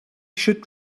should